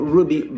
Ruby